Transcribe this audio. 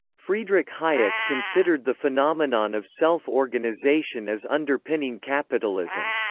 friedrich hayek considered the phenomenon of self-organisation as underpinning capitalism.